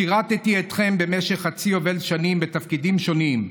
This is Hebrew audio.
שירתי אתכם במשך חצי יובל שנים בתפקידים שונים,